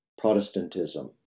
Protestantism